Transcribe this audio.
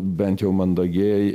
bent jau mandagiai